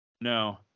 No